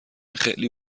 خیلی